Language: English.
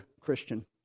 Christian